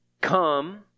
Come